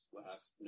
last